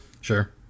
Sure